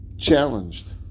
Challenged